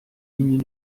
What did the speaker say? ligne